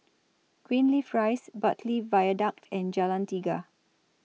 Greenleaf Rise Bartley Viaduct and Jalan Tiga